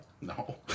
No